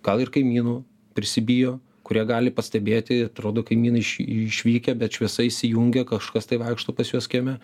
gal ir kaimynų prisibijo kurie gali pastebėti atrodo kaimynai iš išvykę bet šviesa įsijungia kažkas tai vaikšto pas juos kieme